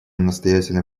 настоятельно